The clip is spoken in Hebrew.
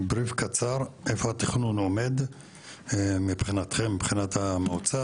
איפה התכנון עומד מבחינת המועצה?